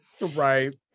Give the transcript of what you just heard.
Right